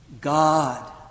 God